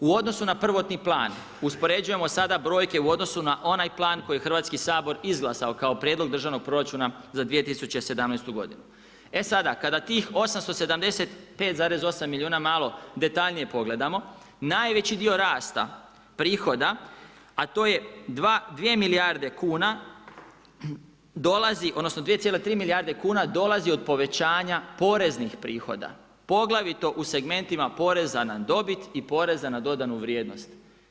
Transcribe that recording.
U odnosu na prvotni plan, uspoređujemo sad brojke u odnosu na onaj plan, koju je Hrvatski sabor izglasao kao prijedlog državnog proračuna za 2017. g. E sada kada tih 875,8 milijuna malo detaljnije pogledamo, najveći dio rasta, prihoda, a to je 2 milijarde kuna, dolazi, odnosno 2,3 milijarde kn dolazi od povećanja poreznih prihoda, poglavito u segmentima poreza na dobit i poreza na dodanu vrijednost.